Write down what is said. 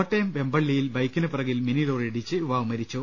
കോട്ടയം വെമ്പള്ളിയിൽ ബൈക്കിനു പിറകിൽ മിനിലോറിയിടിച്ച് യുവാവ് മരിച്ചു